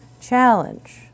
challenge